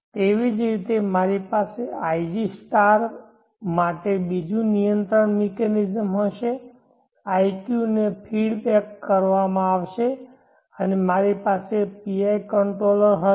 તેવી જ રીતે મારી પાસે iq માટે બીજું નિયંત્રણ મિકેનિઝમ હશે iq ને ફીડ બેક કરવામાં આવશે અને મારી પાસે PI કંટ્રોલર હશે